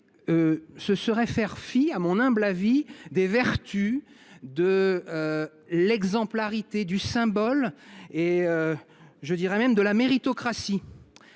ce serait faire fi, à mon humble avis, des vertus de l’exemplarité, du symbole, de la méritocratie.